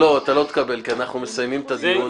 לא, אתה לא תקבל כי אנחנו מסיימים את הדיון.